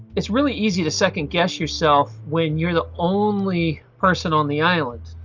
it's really easy to second-guess yourself when you're the only person on the island.